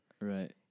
Right